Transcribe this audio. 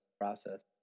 process